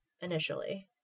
initially